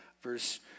verse